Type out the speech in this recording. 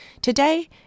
Today